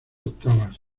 octavas